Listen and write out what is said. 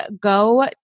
go